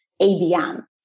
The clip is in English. ABM